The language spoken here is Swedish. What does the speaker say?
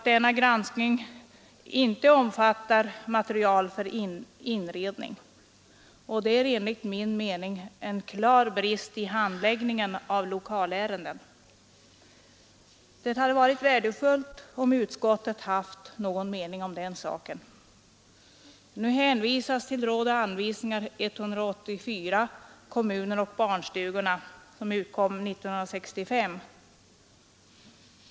Denna granskning omfattar inte materialval för inredning, och det är enligt min mening en klar brist i handläggningen av lokalärenden. Det hade varit värdefullt om utskottet haft någon mening om den saken. Nu hänvisas till Råd och anvisningar nr 184, Kommunen och barnstugorna, som utkom 1965.